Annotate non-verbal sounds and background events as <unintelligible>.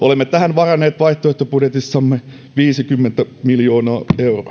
<unintelligible> olemme tähän varanneet vaihtoehtobudjetissamme viisikymmentä miljoonaa euroa